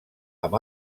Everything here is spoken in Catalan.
amb